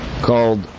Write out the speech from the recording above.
called